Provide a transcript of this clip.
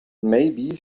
maybe